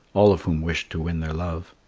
all of whom wished to win their love.